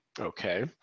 Okay